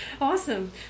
Awesome